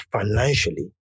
financially